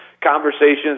Conversations